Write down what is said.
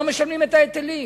לא משלמים את ההיטלים.